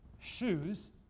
shoes